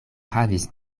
havis